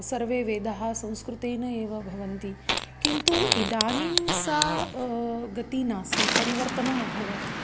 सर्वे वेदाः संस्कृतेन एव भवन्ति किन्तु इदानीं सा गतिः नास्ति परिवर्तनम् अभवत्